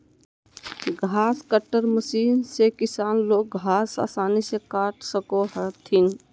घास cutter machine से किसान लोग घास आसानी से काट सको हथिन